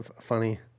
funny